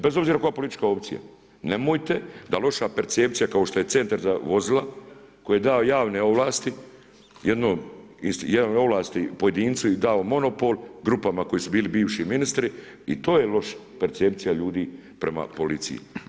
Bez obzira koja je politička opcija, nemojte, da loša percepcija, kao što je centar za vozila, koji je dao javne ovlasti, jednom ovlasti pojedincu, je dao monopol, grupama koji su bili bivši ministri i to je loše, percepcija ljudi prema policiji.